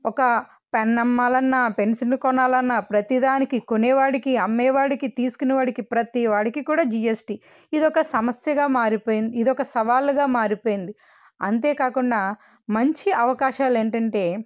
ఒక పెన్నం మల్లన్న పెన్సిల్ కొనాలన్న ప్రతిదానికి కొనేవాడికి అమ్మేవాడికి తీసుకుని వాడికి ప్రతి వాడికి కూడా జిఎస్టి ఇదొక సమస్యగా మారిపోయింది ఇది ఒక సవాలుగా మారిపోయింది అంతేకాకుండా మంచి అవకాశాలు ఏంటంటే